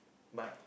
but